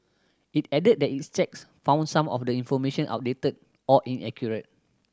it added that its checks found some of the information outdated or inaccurate